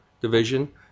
division